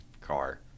car